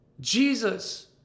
Jesus